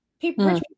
people